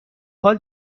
حال